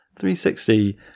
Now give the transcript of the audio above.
360